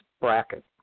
bracket